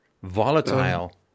volatile